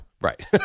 Right